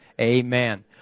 Amen